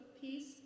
peace